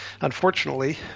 Unfortunately